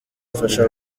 mfasha